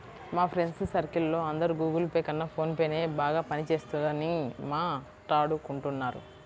మా friends circle లో అందరూ గుగుల్ పే కన్నా ఫోన్ పేనే బాగా పని చేస్తున్నదని మాట్టాడుకుంటున్నారు